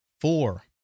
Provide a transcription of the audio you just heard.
four